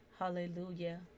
Hallelujah